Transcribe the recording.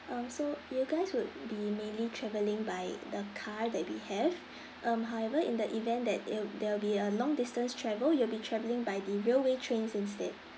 um so you guys would be mainly travelling by the car that we have um however in the event that it'll there will be a long distance travel you'll be travelling by the railway trains instead